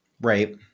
right